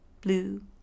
blue